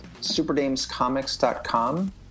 superdamescomics.com